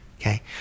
okay